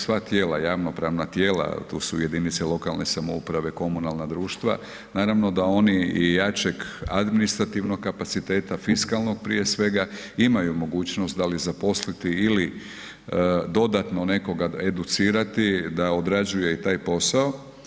Sva tijela, javnopravna tijela, tu su i jedinice lokalne samouprave, komunalna društva, naravno da oni i jačeg administrativnog kapaciteta, fiskalnog prije svega imaju mogućnost da li zaposliti ili dodatno nekoga educirati da odrađuje i taj posao.